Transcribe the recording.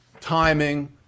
timing